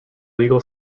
legal